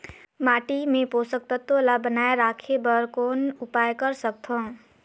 माटी मे पोषक तत्व ल बनाय राखे बर कौन उपाय कर सकथव?